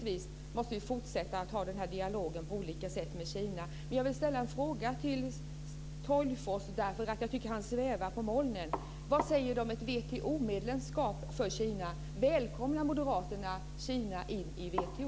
Vi måste fortsätta att föra den här dialogen på olika sätt med Kina. Jag vill ställa en fråga till Sten Tolgfors. Jag tycker att han svävar på molnen. Vad säger Sten Tolgfors om ett WTO-medlemskap för Kina? Välkomnar Moderaterna Kina in i WTO?